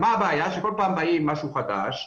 הבעיה היא שכל פעם באים עם משהו חדש,